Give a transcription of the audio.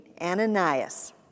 Ananias